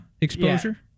exposure